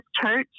church